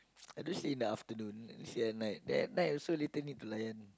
I don't sleep in the afternoon sian like that night also later need to layan